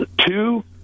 two